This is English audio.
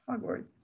hogwarts